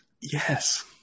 Yes